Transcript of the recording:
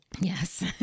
Yes